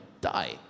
die